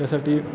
त्यासाठी